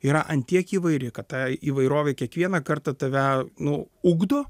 yra ant tiek įvairi kad ta įvairovė kiekvieną kartą tave nu ugdo